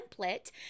template